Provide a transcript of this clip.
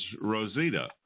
Rosita